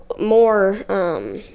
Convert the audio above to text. more –